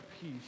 peace